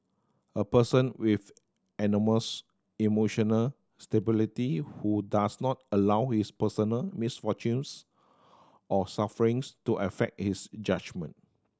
a person with enormous emotional stability who does not allow his personal misfortunes or sufferings to affect his judgement